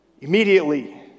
immediately